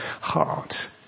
heart